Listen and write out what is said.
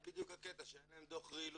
זה בדיוק הקטע, שאין להם דוח רעילות.